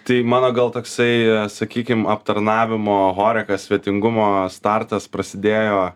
tai mano gal toksai sakykim aptarnavimo horakas svetingumo startas prasidėjo